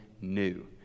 new